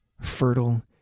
fertile